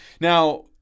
Now